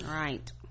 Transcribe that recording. right